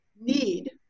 need